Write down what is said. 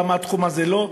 למה התחום הזה לא,